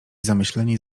zamyśleni